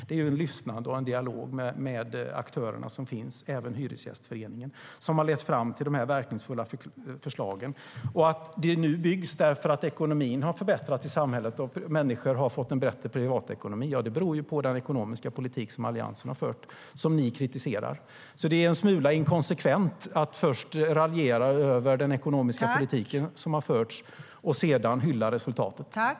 Det är ett lyssnande och en dialog med aktörerna, även Hyresgästföreningen, som har lett fram till de verkningsfulla förslagen.